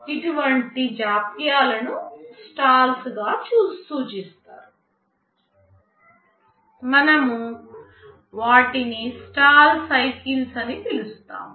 ఇటువంటి జాప్యాలను స్టాల్స్గా సూచిస్తారు మనము వాటిని స్టాల్ సైకిల్స్ అని పిలుస్తాము